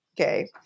Okay